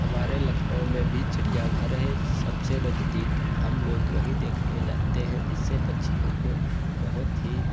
हमारे लखनऊ में भी चिड़ियाघर है सबसे नजदीक हमलोग वहीं देखने जाते हैं जिससे पक्षियों को बहुत ही